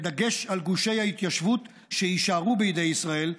בדגש על גושי ההתיישבות שיישארו בידי ישראל,